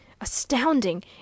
astounding